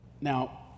Now